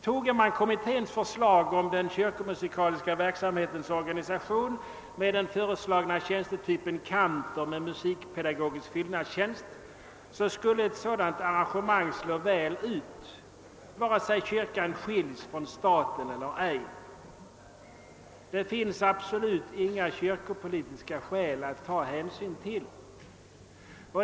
Tog man kommitténs förslag om den kyrkomusikaliska verksamhetens organisation med den föreslagna tjänstetypen kantor med musikpedagogisk fyllnadstjänst skulle ett sådant arrangemang slå väl ut antingen kyrkan skiljs från staten eller ej. Det finns absolut inga kyrkopolitiska skäl att ta hänsyn till.